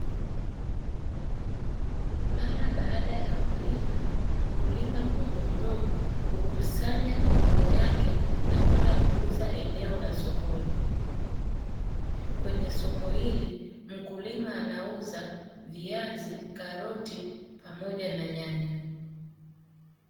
Mara baada ya kulima, mkulima mdogomdogo hukusanya mavuno yake na kwenda kuuza eneo la sokoni. Kwenye soko hili mkulima anauza viazi, karoti, pamoja na nyanya.